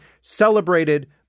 celebrated